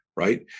right